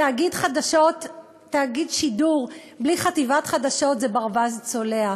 תאגיד שידור בלי חטיבת חדשות זה ברווז צולע.